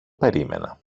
περίμενα